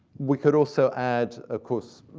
we could also add, of course,